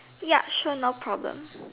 yup sure no problem